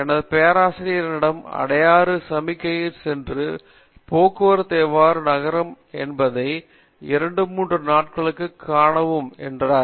எனது பேராசிரியர் என்னிடம் அடையாறு சமிக்ஞைக்கு சென்று போக்குவரத்து எவ்வாறு நகரும் என்பதைக் 2 3 நாட்களுக்கு காணவும் என்றார்